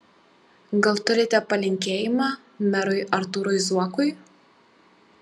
gal turite palinkėjimą merui artūrui zuokui